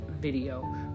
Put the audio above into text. video